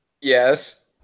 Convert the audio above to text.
Yes